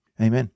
amen